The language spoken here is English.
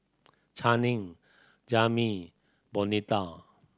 Channing Jami Bonita